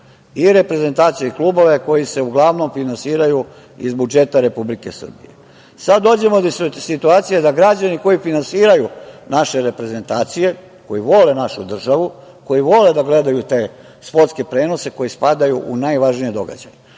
i reprezentaciju i klubove koji se uglavnom finansiraju iz budžeta Republike Srbije. Sada dođemo do situacije da građani koji finansiraju naše reprezentacije, koji vole našu državu, koji vole da gledaju te sportske prenose koji spadaju u najvažnije događaje,